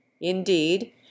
INDEED